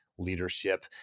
leadership